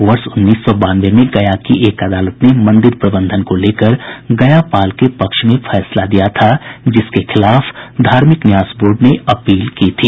वर्ष उन्नीस सौ बानवे में गया की एक अदालत ने मंदिर प्रबंधन को लेकर गया पाल के पक्ष में फैसला दिया था जिसके खिलाफ धार्मिक न्यास बोर्ड ने अपील की थी